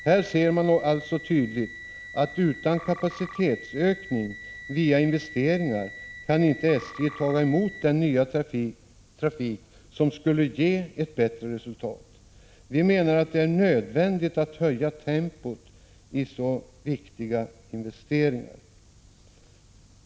Här ser man alltså tydligt att utan kapacitetsökning via investeringar kan inte SJ ta emot den nya trafik som skulle ge bättre resultat. Vi menar att det är nödvändigt att höja tempot i så viktiga investeringar.